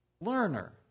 Learner